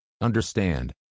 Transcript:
Understand